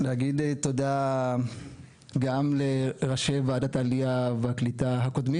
להגיד תודה גם לראשי וועדת העלייה והקליטה הקודמים